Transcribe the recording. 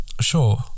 sure